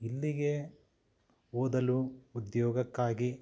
ಇಲ್ಲಿಗೆ ಓದಲು ಉದ್ಯೋಗಕ್ಕಾಗಿ